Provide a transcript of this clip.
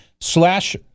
slash